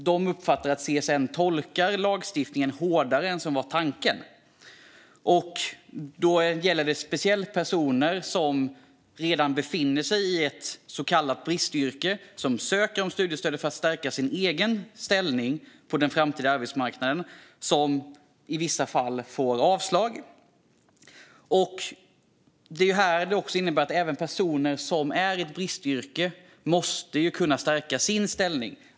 De uppfattar att CSN tolkar lagstiftningen hårdare än vad som var tanken. Det gäller speciellt personer som redan befinner sig i så kallade bristyrken och ansöker om studiestödet för att stärka sin egen ställning på den framtida arbetsmarknaden men i vissa fall får avslag. Även personer i bristyrken måste kunna stärka sin ställning.